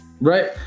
right